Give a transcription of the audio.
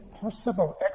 possible